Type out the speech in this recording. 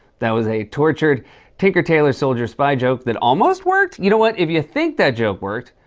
that was a tortured tinker, tailor, soldier, spy joke that almost worked. you know what, if you think that joke worked,